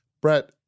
Brett